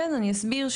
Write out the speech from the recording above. כן אני אסביר,